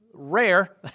Rare